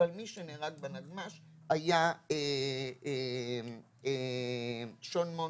אבל מי שנהרג בנגמ"ש היה שון מונשטיין.